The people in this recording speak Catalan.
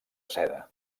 seda